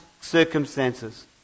circumstances